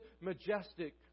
majestic